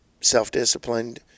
self-disciplined